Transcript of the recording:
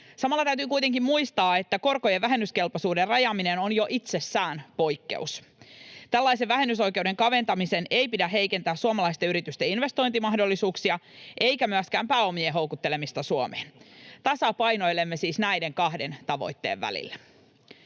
Samalla täytyy kuitenkin muistaa, että korkojen vähennyskelpoisuuden rajaaminen on jo itsessään poikkeus. Tällaisen vähennysoikeuden kaventamisen ei pidä heikentää suomalaisten yritysten investointimahdollisuuksia eikä myöskään pääomien houkuttelemista Suomeen. Tasapainoilemme siis näiden kahden tavoitteen välillä.